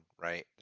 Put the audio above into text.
right